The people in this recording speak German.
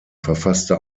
verfasste